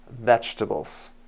vegetables